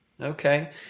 Okay